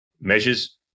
measures